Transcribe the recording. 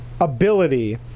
ability